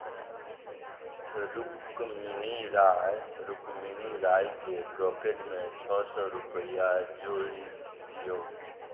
रुक्मिणी राय रुक्मिणी रायके ब्रोक्रेजमे छओ सए रुपैआ जोड़ि दियौ